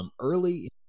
Early